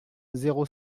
zéro